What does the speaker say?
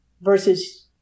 versus